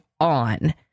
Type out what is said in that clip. on